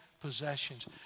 possessions